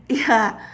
ya